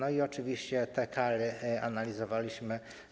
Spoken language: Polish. Oczywiście te kary analizowaliśmy.